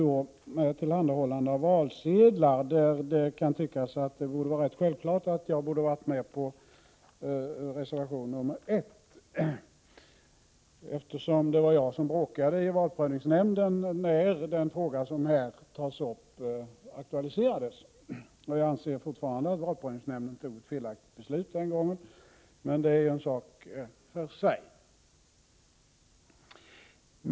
Det gäller tillhandahållandet av 127 valsedlar. Det kan tyckas som självklart att jag borde ha varit med på reservation 1, eftersom det var jag som bråkade i valprövningsnämnden när den fråga som här tas upp aktualiserades. Jag anser fortfarande att valprövningsnämnden fattade ett felaktigt beslut den gången. Men det är en sak för sig.